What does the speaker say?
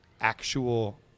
actual